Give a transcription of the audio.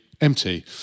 empty